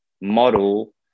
model